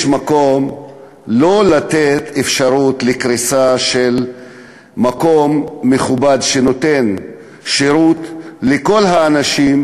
יש מקום לא לתת אפשרות לקריסה של מקום מכובד שנותן שירות לכל האנשים,